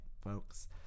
folks